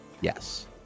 Yes